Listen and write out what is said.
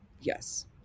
yes